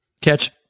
Catch